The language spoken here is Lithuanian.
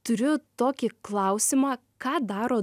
turiu tokį klausimą ką daro